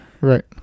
right